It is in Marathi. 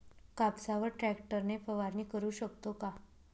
कापसावर ट्रॅक्टर ने फवारणी करु शकतो का?